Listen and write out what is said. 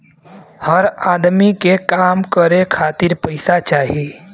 हर अदमी के काम करे खातिर पइसा चाही